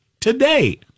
today